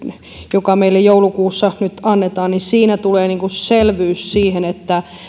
joka meille joulukuussa nyt annetaan tulee selvyys siihen että